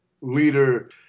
leader